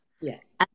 yes